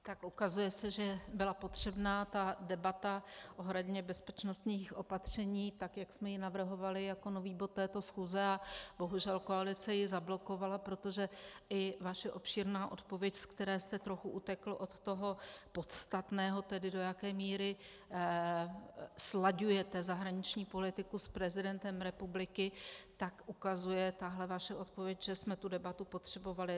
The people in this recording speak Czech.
Tak ukazuje se, že byla potřebná debata ohledně bezpečnostních opatření, tak jak jsme ji navrhovali jako nový bod této schůze, a bohužel koalice ji zablokovala, protože i vaše obšírná odpověď, z které jste trochu utekl od toho podstatného, tedy do jaké míry slaďujete zahraniční politiku s prezidentem republiky, ukazuje tahle vaše odpověď, že jsme tu debatu potřebovali.